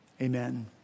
Amen